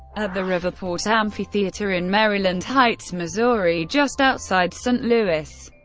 at the riverport amphitheater in maryland heights, missouri, just outside st. louis,